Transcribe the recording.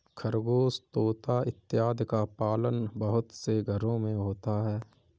खरगोश तोता इत्यादि का पालन बहुत से घरों में होता है